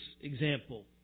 example